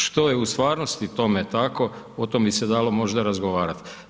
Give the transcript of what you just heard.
Što je u stvarnosti tome tako, o tome bi se dalo možda razgovarati.